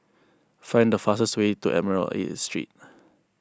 find the fastest way to Admiralty Street